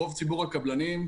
רוב ציבור הקבלנים,